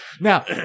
now